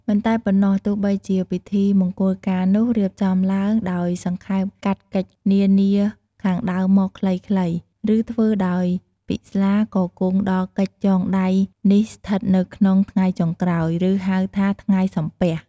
មិនតែប៉ុណ្ណោះ ទោះបីជាពិធីមង្គលការនោះរៀបចំឡើងដោយសង្ខេបកាត់កិច្ចនានាខាងដើមមកខ្លីៗ ឬធ្វើដោយពិស្តារ ក៏គង់ដល់កិច្ចចងដៃនេះស្ថិតនៅក្នុងថ្ងៃចុងក្រោយ ឬហៅថាថ្ងៃ “សំពះ”។